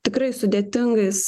tikrai sudėtingais